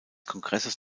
kongresses